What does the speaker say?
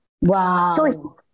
Wow